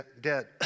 dead